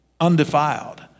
undefiled